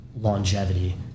Longevity